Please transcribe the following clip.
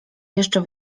jeszcze